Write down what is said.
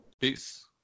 Peace